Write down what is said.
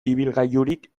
ibilgailurik